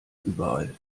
überall